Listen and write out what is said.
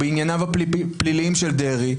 בענייניו הפליליים של דרעי,